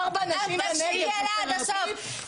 ארבע נשים בנגב, זה סטריאוטיפ?